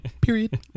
Period